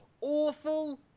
awful